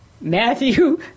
Matthew